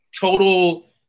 total